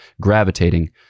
gravitating